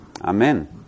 Amen